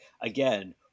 again